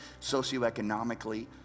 socioeconomically